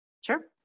sure